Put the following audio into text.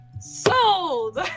sold